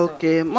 Okay